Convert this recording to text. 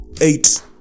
eight